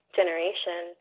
generation